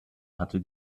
hatte